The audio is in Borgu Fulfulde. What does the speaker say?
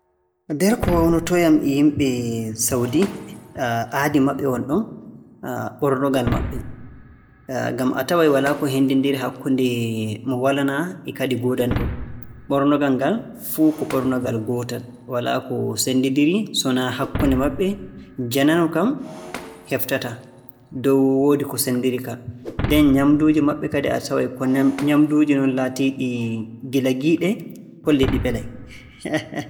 Nder ko waawnotoo yam e yimɓe Sawdi, aadi maɓɓe wonɗon. Ɓornogal maɓɓe, ngam a taway walaa ko henndindiri hakkunde mo walanaa e kadi goodanɗo. Ɓornogal ngal fuu ko ɓornogal gootal, walaa ko seerndindiri, so naa hakkunde maɓɓe. Janano kam heɓtataa dow woodi ko senndindiri ka. Nden nyaamnduuji maɓɓe kadi a taway ko nyaamnduuji non laatiiɗi gila giiɗe holli ɗi mbelay